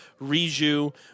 Riju